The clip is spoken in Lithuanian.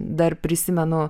dar prisimenu